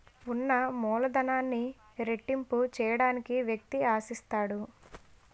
ఉన్న మూలధనాన్ని రెట్టింపు చేయడానికి వ్యక్తి ఆశిస్తాడు